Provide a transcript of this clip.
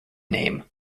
name